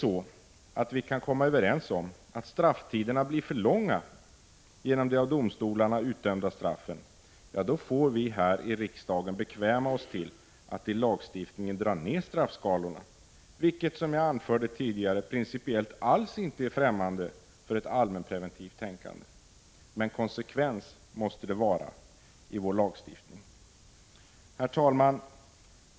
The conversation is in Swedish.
Om vi kan komma överens om att strafftiderna blir för långa genom de av domstolarna utdömda straffen, då får vi här i riksdagen bekväma oss till att i lagstiftningen dra ner straffskalorna, vilket principiellt alls inte är främmande för ett allmänpreventivt tänkande. Men det måste vara konsekvens i vår lagstiftning. Herr talman!